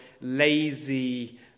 lazy